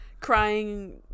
Crying